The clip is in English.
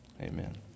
Amen